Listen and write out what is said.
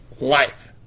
life